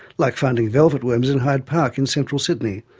like finding velvet worms in hyde park in central sydney,